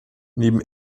neben